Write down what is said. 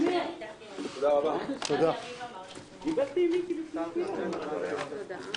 הישיבה ננעלה בשעה 16:06.